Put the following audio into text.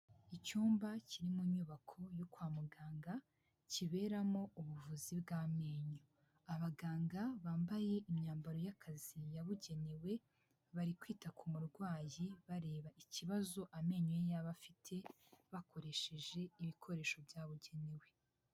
Icyumba kiri mu nyubako yo kwa muganga, kiberamo ubuvuzi bw'amenyo, abaganga bambaye imyambaro y'akazi yabugenewe, bari kwita ku murwayi bareba ikibazo amenyo ye yaba afite, bakoresheje ibikoresho byabugenewe.